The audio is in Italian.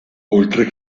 oltre